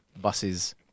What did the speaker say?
buses